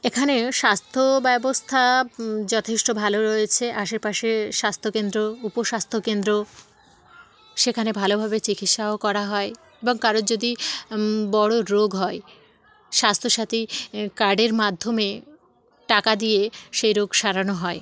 এখানে স্বাস্থ্যব্যবস্থা যথেষ্ট ভালো রয়েছে আশেপাশে স্বাস্থ্যকেন্দ্র উপস্বাস্থ্যকেন্দ্র সেখানে ভালোভাবে চিকিৎসাও করা হয় বা কারোর যদি বড়ো রোগ হয় স্বাস্থ্যসাথী কার্ডের মাধ্যমে টাকা দিয়ে সেই রোগ সারানো হয়